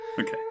Okay